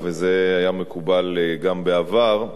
וזה היה מקובל גם בעבר,